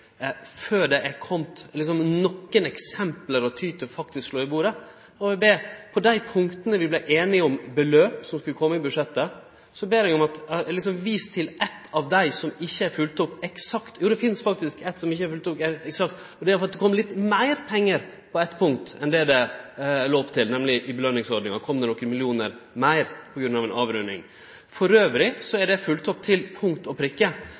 før det har kome nokre eksempel som ein kan ty til og slå i bordet med. På dei pukta der vi vart einige om beløp som skulle kome i budsjettet, ber eg om at det vert vist til eit av dei som ikkje er følgt opp eksakt. Ja, det finnest faktisk eit som ikkje er følgt opp eksakt, og det er at det har kome litt meir pengar på eit punkt enn det det var lagt opp til, nemlig når det gjaldt belønningsordninga kom det nokre millionar meir på grunn av ei avrunding. Elles er det følgt opp til punkt og prikke.